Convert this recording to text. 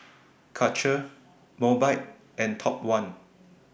Karcher Mobike and Top one